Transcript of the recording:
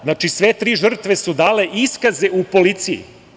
Znači, sve tri žrtve su dale iskaze u policiji.